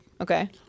Okay